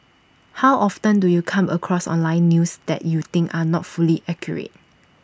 how often do you come across online news that you think are not fully accurate